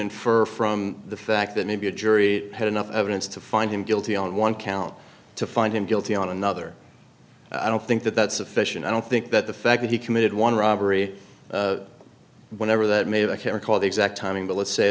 infer from the fact that maybe a jury had enough evidence to find him guilty on one count to find him guilty on another i don't think that that's sufficient i don't think that the fact that he committed one robbery whenever that may have a chemical of the exact timing but let's say